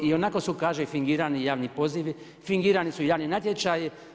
To i onako su“ kaže „fingirani javni pozivi, fingirani su javni natječaji.